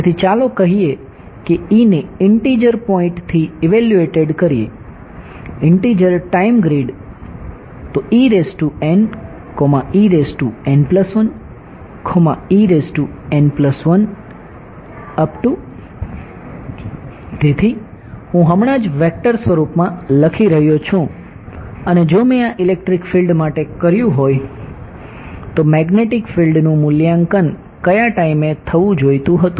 તેથી ચાલો કહીએ કે E ને ઇંટીજર તો તેથી હું હમણાં જ વેક્ટર નું મૂલ્યાંકન કયા ટાઈમે થવું જોઈતું હતું